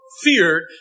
feared